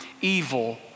evil